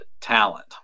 talent